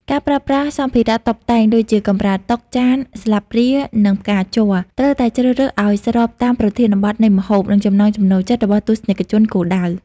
ការប្រើប្រាស់សម្ភារៈតុបតែង ដូចជាកម្រាលតុ ចាន ស្លាបព្រា និងផ្កាជ័រ ត្រូវតែជ្រើសរើសឱ្យស្របតាមប្រធានបទនៃម្ហូប និងចំណង់ចំណូលចិត្តរបស់ទស្សនិកជនគោលដៅ។